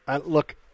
Look